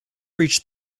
reached